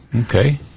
Okay